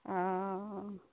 हँ